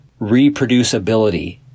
reproducibility